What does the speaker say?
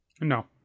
No